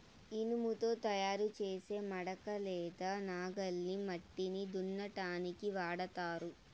ఇనుముతో తయారు చేసే మడక లేదా నాగలిని మట్టిని దున్నటానికి వాడతారు